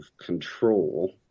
control